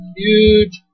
huge